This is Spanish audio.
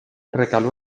recaló